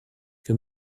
wir